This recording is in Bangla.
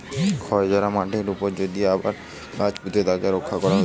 ক্ষয় যায়া মাটির উপরে যদি আবার গাছ পুঁতে তাকে রক্ষা করা হতিছে